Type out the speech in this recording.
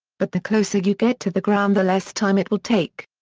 but the closer you get to the ground the less time it will take.